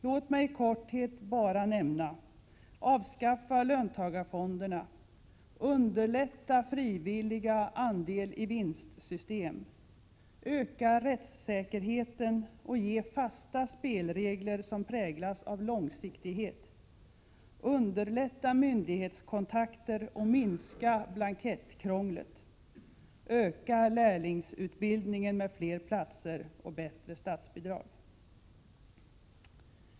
Låt mig i korthet bara nämna: öka rättssäkerheten och ge fasta spelregler som präglas av långsiktighet, underlätta myndighetskontakter och minska blankettkrånglet, öka lärlingsutbildningen med fler platser och bättre statsbidrag.